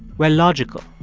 we're logical,